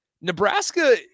Nebraska